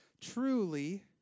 Truly